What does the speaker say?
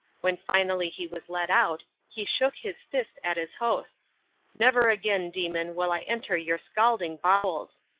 when finally he was let out he shook his fist at his hosts never again, demon, will i enter your scalding bowels